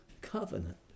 covenant